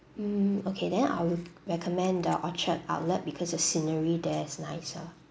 mm okay then I will recommend the orchard outlet because the scenery there's nicer